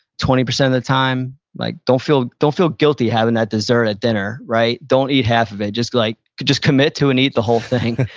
twenty percent of the time, like don't feel don't feel guilty having that dessert at dinner. right? don't eat half of it. just like just commit to and eat the whole thing.